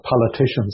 politicians